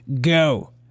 Go